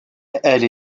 elle